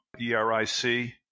E-R-I-C